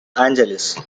angeles